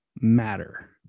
matter